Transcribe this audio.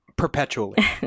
Perpetually